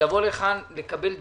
תבואו לכאן, לקבל דיווח,